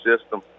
system